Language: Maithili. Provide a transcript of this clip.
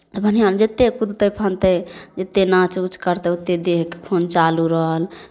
तऽ बढ़िआँ जतेक कुदतै फानतै जतेक नाच उच करतै ओतेक देहके खून चालू रहल